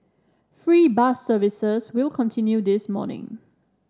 free bus services will continue this morning